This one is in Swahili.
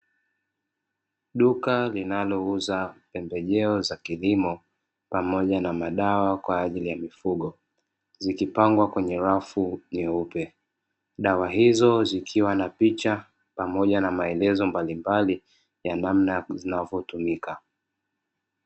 Duka linalouza pembejeo za kilimo pamoja na madawa kwa ajili ya mifugo, zikipangwa kwenye rafu nyeupe. Dawa hizo zikiwa na picha pamoja na maelezo mbalimbali ya namna zinazotumika.